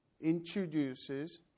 introduces